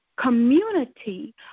community